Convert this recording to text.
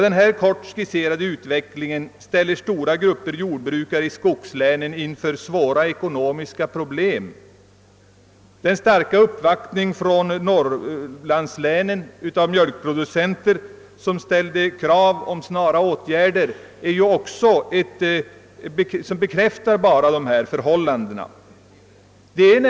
Denna kort skisserade utveckling ställer stora grupper jordbrukare i skogslänen inför svåra ekonomiska problem — den starka uppvaktningen inför jordbruksministern från mjölkproducenter i norrlandslänen som ställde krav på snara åtgärder bekräftar det förhållandet.